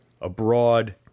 abroad